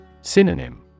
Synonym